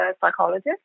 psychologist